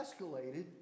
escalated